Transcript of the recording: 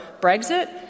Brexit